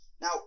now